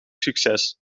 succes